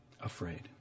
afraid